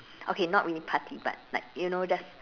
okay not really party but like you know just